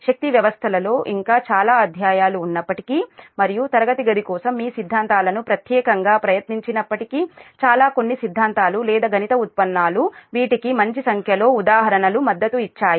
శక్తి వ్యవస్థలలో ఇంకా చాలా అధ్యాయాలు ఉన్నప్పటికీ మరియు తరగతి గది కోసం మీ సిద్ధాంతాలను ప్రత్యేకంగా ప్రయత్నించినప్పటికీ చాలా కొన్ని సిద్ధాంతాలు లేదా గణిత ఉత్పన్నాలు వీటికి మంచి సంఖ్యలో ఉదాహరణలు మద్దతు ఇచ్చాయి